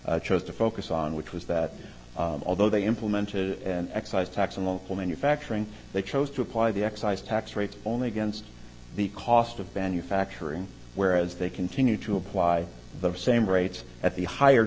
friday chose to focus on which was that although they implemented an excise tax on local manufacturing they chose to apply the excise tax rates only against the cost of venue factory where as they continue to apply the same rates at the higher